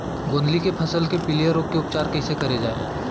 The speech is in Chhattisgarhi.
गोंदली के फसल के पिलिया रोग के उपचार कइसे करे जाये?